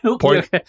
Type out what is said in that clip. Point